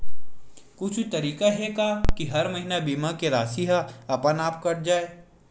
कुछु तरीका हे का कि हर महीना बीमा के राशि हा अपन आप कत जाय?